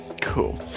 Cool